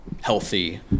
healthy